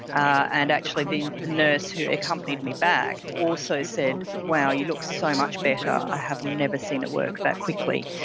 and actually the the nurse who accompanied me back also said, wow, you look so much better. i have never seen it work that quickly.